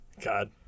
God